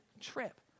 trip